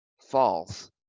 false